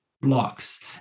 blocks